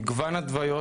מגוון התוויות,